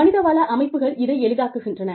மனித வள அமைப்புகள் இதை எளிதாக்குகின்றன